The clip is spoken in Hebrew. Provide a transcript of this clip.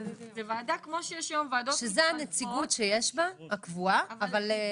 בוועדה כמו שיש היום ועדות מתחלפות -- שזה הנציגות הקבועה שיש בה אבל,